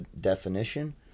definition